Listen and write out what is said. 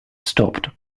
stopped